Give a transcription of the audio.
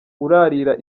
urarira